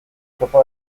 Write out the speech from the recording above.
topa